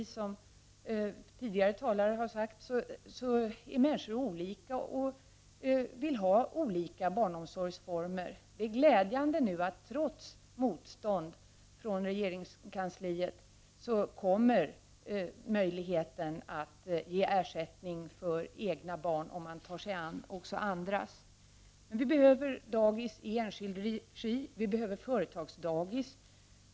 Som tidigare talare har sagt är människor olika och efterfrågar olika barnomsorgsformer. Det är glädjande att det, trots motstånd från regeringskansliet, kommer att bli möjligt för kommunala dagbarnvårdare att få ersättning för vård av egna barn när de tar sig an även andras barn. Men vi behöver även dagis i enskild regi. Vi behöver t.ex. företagssdagis.